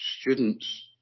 students